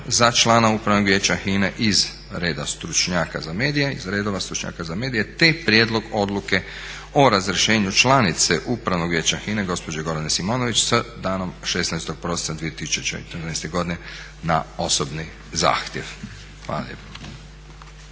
za člana Upravnog vijeća HINA-e iz reda stručnjaka za medije, te Prijedlog odluke o razrješenju članice Upravnog vijeća HINA-e gospođe Gordana Simonović sa danom 16. prosinca 2014. godine na osobni zahtjev. Hvala